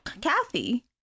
kathy